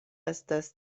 estas